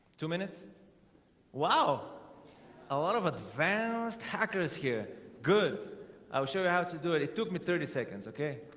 two minutes wow a lot of advanced hackers here good show you how to do it it took me thirty seconds, okay?